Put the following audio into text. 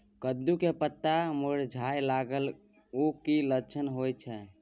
कद्दू के पत्ता मुरझाय लागल उ कि लक्षण होय छै?